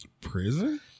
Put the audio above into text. prison